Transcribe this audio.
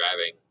driving